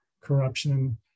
corruption